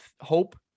hope